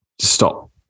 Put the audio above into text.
stop